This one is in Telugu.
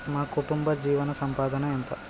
మా కుటుంబ జీవన సంపాదన ఎంత?